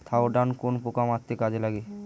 Thiodan কোন পোকা মারতে কাজে লাগে?